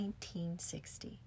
1960